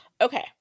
Okay